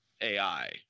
AI